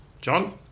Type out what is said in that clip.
John